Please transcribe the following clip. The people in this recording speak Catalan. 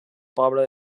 pobra